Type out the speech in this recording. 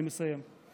אני מסיים.